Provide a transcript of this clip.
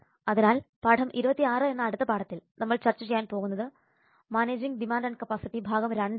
അതിനാൽ പാഠം 26 എന്ന അടുത്ത പാഠത്തിൽ നമ്മൾ ചർച്ച ചെയ്യാൻ പോകുന്നത് മാനേജിങ് ഡിമാൻഡ് ആൻഡ് കപ്പാസിറ്റി ഭാഗം 2 ആണ്